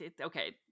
Okay